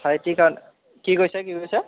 ভাইটিৰ কাৰণে কি কৈছে কি কৈছে